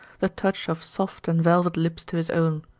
the touch of soft and velvet lips to his own.